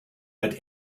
had